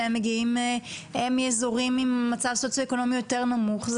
שהם מאזורים עם מצב סוציו-אקונומי יותר נמוך,